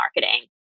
marketing